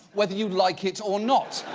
whether you like it or not.